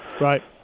Right